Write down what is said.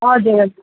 हजुर हजुर